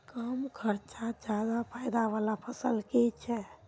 कम खर्चोत ज्यादा फायदा वाला फसल की छे?